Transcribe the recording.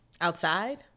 Outside